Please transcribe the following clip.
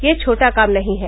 यह छोटा काम नहीं है